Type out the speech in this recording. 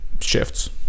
shifts